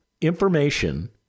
information